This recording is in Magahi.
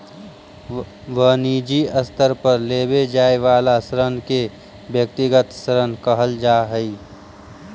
वनिजी स्तर पर लेवे जाए वाला ऋण के व्यक्तिगत ऋण कहल जा हई